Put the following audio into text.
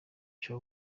cya